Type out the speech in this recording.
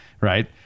right